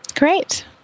Great